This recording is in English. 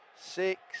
six